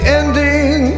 ending